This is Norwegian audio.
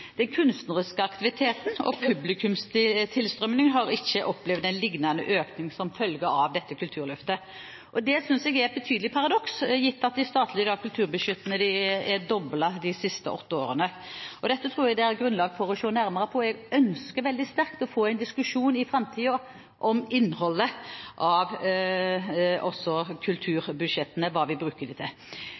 Den kunstneriske aktiviteten og publikumstilstrømningen har ikke opplevd en liknende økning som følge av dette Kulturløftet. Det synes jeg er et betydelig paradoks, gitt at de statlige kulturbudsjettene er doblet de siste åtte årene. Dette tror jeg det er grunnlag for å se nærmere på. Jeg ønsker veldig sterkt å få en diskusjon i framtiden om innholdet i kulturbudsjettene og hva vi bruker det til.